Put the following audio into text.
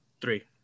three